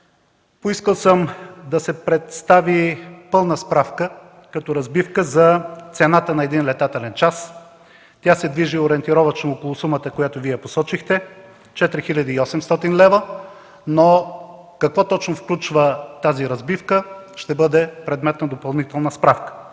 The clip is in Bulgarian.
поискал съм да се представи пълна справка като разбивка за цената на един летателен час. Тя се движи ориентировъчно около сумата, която Вие посочихте – 4800 лв. Но какво точно включва тази разбивка, ще бъде предмет на допълнителна справка.